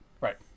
Right